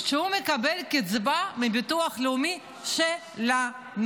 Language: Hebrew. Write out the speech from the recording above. שהוא מקבל קצבה מביטוח לאומי שלנו.